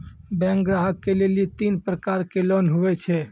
Bank ग्राहक के लेली तीन प्रकर के लोन हुए छै?